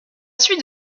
suite